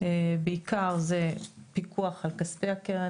בעיקר זה פיקוח על כספי הקרן,